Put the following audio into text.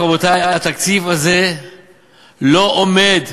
רבותי, התקציב הזה לא עומד.